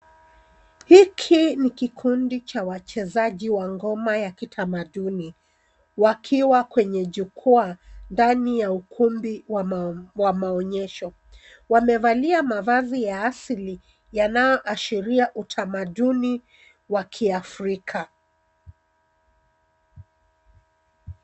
Hiki ni kikundi cha wachezji wa ngoma ya kitamaduni, wakiwa kwenye jukwaa, ndani ya ukumbi wa maonyesho. Wamevalia mavazi ya asili, yanayoashiria utamaduni wa kiafrika.